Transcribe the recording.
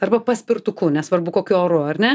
arba paspirtuku nesvarbu kokiu oru ar ne